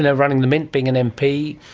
and running the mint, being an mp,